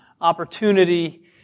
opportunity